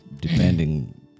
depending